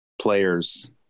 players